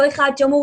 אותו אחד שאמור